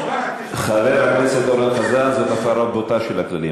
חבר הכנסת אורן חזן, זאת הפרה בוטה של הכללים.